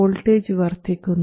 voltage വർദ്ധിക്കുന്നു